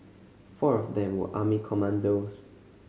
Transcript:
four of them were army commandos